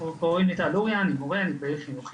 קוראים לי טל לוריא, אני מורה, אני